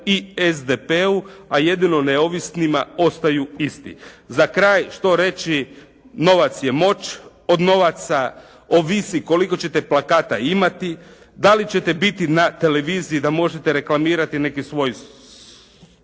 i SDP-u a jedino neovisnima ostaju isti. Za kraj što reći? Novac je moć. Od novaca ovisi koliko ćete plakata imati? Da li ćete biti na televiziji da možete reklamirati neki svoj